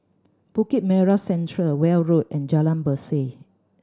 Bukit Merah Central Weld Road and Jalan Berseh